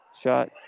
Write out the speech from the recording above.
shot